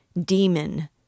Demon